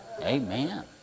Amen